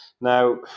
Now